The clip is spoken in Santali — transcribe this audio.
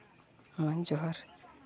ᱢᱟ ᱡᱚᱦᱟᱨ